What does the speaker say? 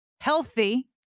healthy